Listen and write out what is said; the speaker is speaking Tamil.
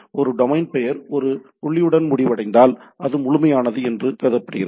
ஒரு டொமைன் பெயர் ஒரு புள்ளியுடன் முடிவடைந்தால் அது முழுமையானது என்று கருதப்படுகிறது